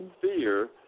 fear